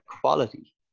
quality